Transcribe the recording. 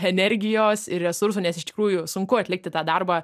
energijos ir resursų nes iš tikrųjų sunku atlikti tą darbą